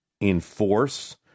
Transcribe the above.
enforce